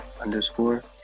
underscore